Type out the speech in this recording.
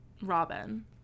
Robin